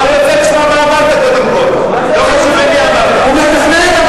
אני רוצה לשמוע מה אמרת, לא חשוב למי אמרת.